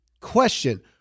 question